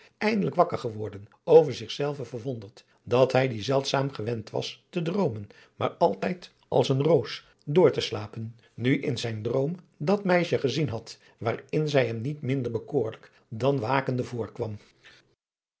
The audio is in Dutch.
eindelijk wakker geworden over zich zelven verwonderd dat hij die zeldzaam gewend was te droomen maar altijd als een roos door te adriaan loosjes pzn het leven van johannes wouter blommesteyn slapen nu in zijn droom dat meisje gezien had waarin zij hem niet minder bekoorlijk dan wakende voorkwam